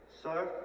Sir